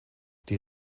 die